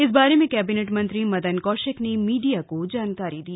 इस बारे में कैबिनेट मंत्री मदन कौशिक ने मीडिया को जानकारी दी